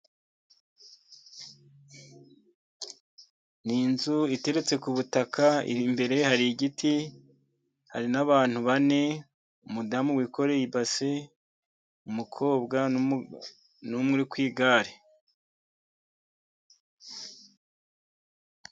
Ni inzu iteretse ku butaka, iri imbere hari igiti hari n'abantu bane, umudamu wikoreye ibase, umukobwa n'umwe uri ku igare.